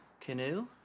canoe